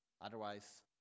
Otherwise